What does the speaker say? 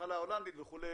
בגלל המחלה ההולנדית וכו',